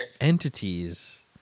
entities